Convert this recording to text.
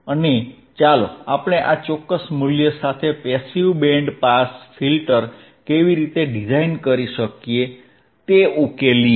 અને ચાલો આપણે આ ચોક્કસ મૂલ્ય સાથે પેસીવ બેન્ડ પાસ ફિલ્ટર કેવી રીતે ડિઝાઇન કરી શકીએ તે ઉકેલીએ